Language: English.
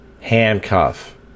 Handcuff